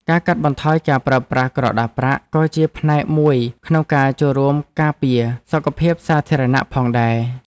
ការកាត់បន្ថយការប្រើប្រាស់ក្រដាសប្រាក់ក៏ជាផ្នែកមួយក្នុងការចូលរួមការពារសុខភាពសាធារណៈផងដែរ។